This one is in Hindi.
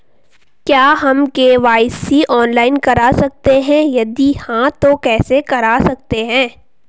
क्या हम के.वाई.सी ऑनलाइन करा सकते हैं यदि हाँ तो कैसे करा सकते हैं?